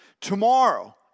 Tomorrow